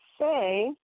say